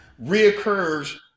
reoccurs